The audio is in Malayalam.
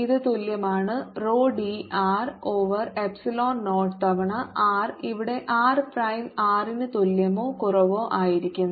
ഇത് തുല്യമാണ് rho d r over epsilon തവണ r ഇവിടെ r പ്രൈം r ന് തുല്യമോ കുറവോ ആയിരിക്കും